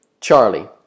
Charlie